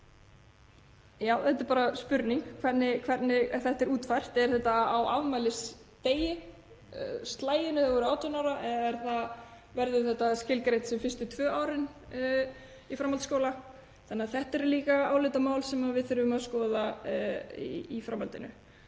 Já, þetta er bara spurning um hvernig þetta er útfært. Er þetta á afmælisdegi, á slaginu þegar þú verður 18 ára eða verður það skilgreint sem fyrstu tvö árin í framhaldsskóla? Þetta er líka álitamál sem við þurfum að skoða í framhaldinu.